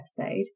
episode